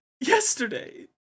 Yesterday